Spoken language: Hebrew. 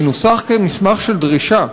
מנוסח כמסמך של דרישה.